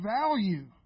value